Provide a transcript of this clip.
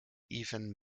even